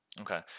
Okay